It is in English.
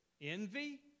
envy